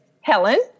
Helen